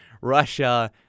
Russia